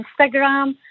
Instagram